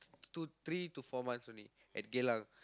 two three to four months only at Geylang